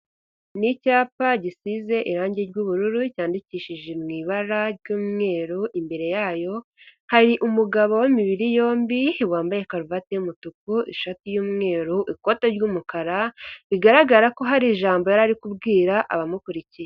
Ni icyapa gisize irangi ry'ubururu cyandikishije mu ibara ry'umweru, imbere yayo hari umugabo w'imibiri yombi wambaye karuvati y'umutuku ishati y'umweru, ikoti ry'umukara, bigaragara ko hari ijambo yari kubwira abamukuriye.